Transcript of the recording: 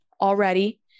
already